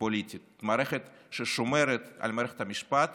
פוליטית מערכת ששומרת על מערכת המשפט